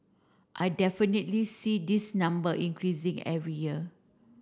I definitely see this number increasing every year